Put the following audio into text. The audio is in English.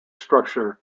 structure